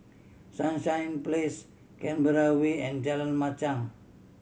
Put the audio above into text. Sunshine Place Canberra Way and Jalan Machang